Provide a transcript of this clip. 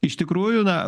iš tikrųjų na